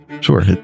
Sure